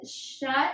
Shut